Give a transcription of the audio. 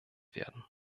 werden